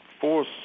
force